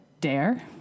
dare